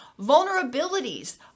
vulnerabilities